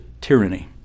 tyranny